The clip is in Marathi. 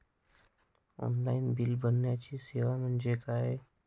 ऑनलाईन बिल भरण्याची सेवा म्हणजे काय?